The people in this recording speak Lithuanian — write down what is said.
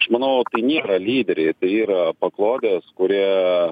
aš manau nėra lyderiai tai yra paklodės kurie